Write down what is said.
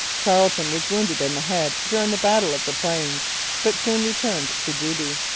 carleton was wounded in the head during the battle of the plains but soon returned to duty.